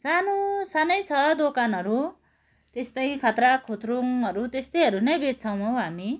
सानो सानै छ दोकानहरू त्यस्तै खात्राक खुत्रुङहरू त्यस्तैहरू नै बेच्छौँ हौ हामी